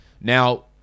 Now